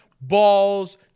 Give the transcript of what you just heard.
balls